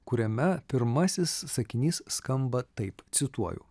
kuriame pirmasis sakinys skamba taip cituoju